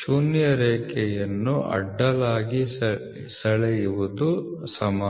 ಶೂನ್ಯ ರೇಖೆಯನ್ನು ಅಡ್ಡಲಾಗಿ ಸೆಳೆಯುವುದು ಸಮಾವೇಶ